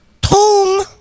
Tom